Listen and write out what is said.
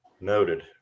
noted